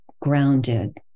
grounded